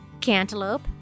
Cantaloupe